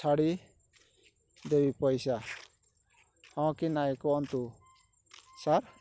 ଛାଡ଼ି ଦେବି ପଇସା ହଁ କି ନାଇଁ କୁହନ୍ତୁ ସାର୍